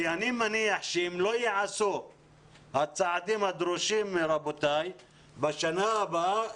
כי אני מניח שאם לא ייעשו הצעדים הדרושים בשנה הבאה